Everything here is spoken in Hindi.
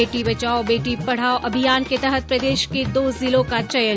बेटी बचाओ बेटी पढ़ाओ अभियान के तहत प्रदेश के दो जिलों का चयन